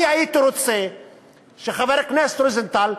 אני הייתי רוצה שחבר הכנסת רוזנטל,